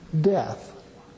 death